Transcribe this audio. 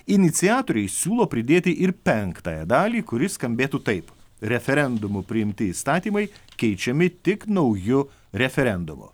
iniciatoriai siūlo pridėti ir penktąją dalį kuri skambėtų taip referendumu priimti įstatymai keičiami tik nauju referendumu